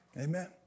Amen